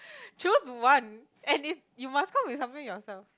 choose one and is you must come up with something yourself